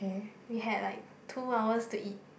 we had like two hours to eat